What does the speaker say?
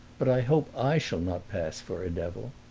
but i hope i shall not pass for a devil.